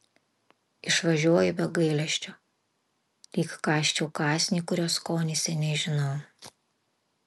išvažiuoju be gailesčio lyg kąsčiau kąsnį kurio skonį seniai žinau